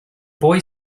boy